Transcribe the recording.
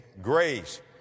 grace